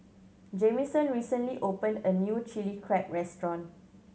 Jamison recently opened a new Chilli Crab restaurant